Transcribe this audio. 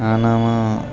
આનામાં